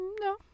No